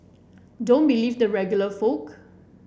don't believe the regular folk